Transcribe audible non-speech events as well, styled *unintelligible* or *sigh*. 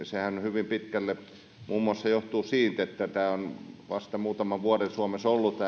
*unintelligible* sehän hyvin pitkälle muun muassa johtuu siitä että tämä ammattipätevyyskouluttautuminen on vasta muutaman vuoden suomessa ollut *unintelligible*